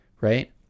right